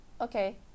okay